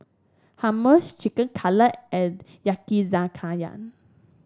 Hummus Chicken Cutlet and Yakizakana